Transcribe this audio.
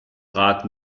trat